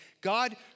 God